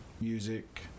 music